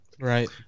Right